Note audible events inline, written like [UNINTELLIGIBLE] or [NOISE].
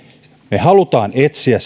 me haluamme etsiä [UNINTELLIGIBLE]